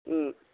ꯎꯝ